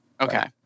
Okay